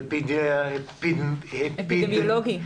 האפידמיולוגי?